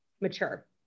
mature